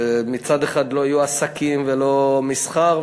שמצד אחד לא יהיו עסקים ולא מסחר,